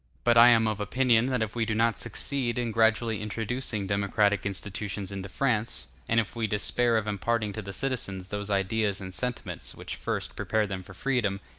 but i am of opinion that if we do not succeed in gradually introducing democratic institutions into france, and if we despair of imparting to the citizens those ideas and sentiments which first prepare them for freedom,